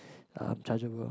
um chargeable